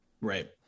Right